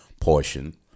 portion